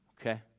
Okay